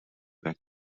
back